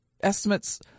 estimates